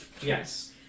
Yes